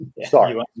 sorry